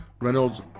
Reynolds